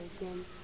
again